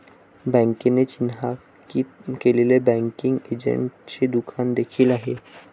बँकेने चिन्हांकित केलेले बँकिंग एजंटचे दुकान देखील आहे